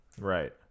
Right